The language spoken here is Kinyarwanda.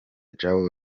joão